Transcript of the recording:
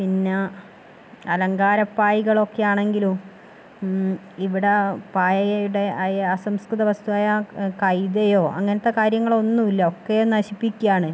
പിന്നെ അലങ്കാര പായ്കളൊക്കെ ആണെങ്കിലും ഇവിടെ പായയുടെ ആയ അസംസ്കൃത വസ്തുവായ കൈതയോ അങ്ങനത്തെ കാര്യങ്ങളോ ഒന്നുമില്ല ഒക്കെ നശിപ്പിക്കയാണ്